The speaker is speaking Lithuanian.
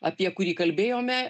apie kurį kalbėjome